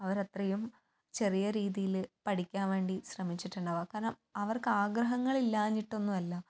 അവരത്രയും ചെറിയ രീതിയില് പഠിക്കാൻ വേണ്ടി ശ്രമിച്ചിട്ടുണ്ടാവുക കാരണം അവർക്ക് ആഗ്രഹങ്ങള് ഇല്ലാഞ്ഞിട്ടൊന്നും അല്ല